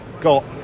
got